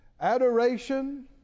adoration